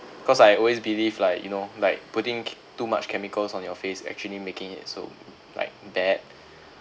cause I always believe like you know like putting che~ too much chemicals on your face actually making it so like bad